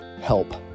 help